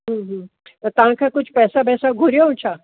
हम्म हम्म त तव्हां खां कुझु पेसा ॿेसा घुरियऊं छा